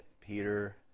Peter